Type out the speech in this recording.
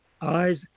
eyes